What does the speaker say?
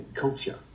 culture